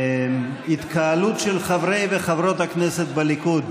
ההתקהלות של חברי וחברות הכנסת בליכוד,